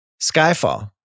Skyfall